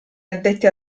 addetti